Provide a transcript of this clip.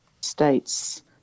states